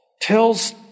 tells